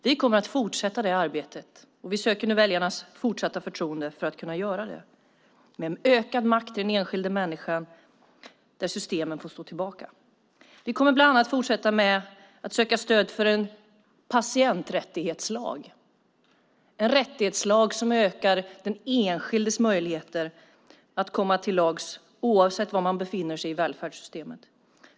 Vi kommer att fortsätta det arbetet, och vi söker nu väljarnas fortsatta förtroende för att kunna göra det. Det ska vara en ökad makt till den enskilda människan där systemen får stå tillbaka. Vi kommer bland annat att fortsätta att söka stöd för en patienträttighetslag. Det ska vara en rättighetslag som ökar den enskildes möjligheter att komma till tals oavsett var man befinner sig i välfärdssystemet.